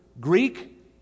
Greek